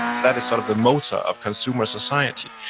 that is sort of the motor of consumer society.